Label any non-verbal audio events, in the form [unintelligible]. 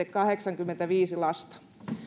[unintelligible] kahdeksankymmentäviisi lasta